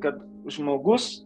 kad žmogus